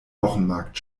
wochenmarkt